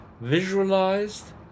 visualized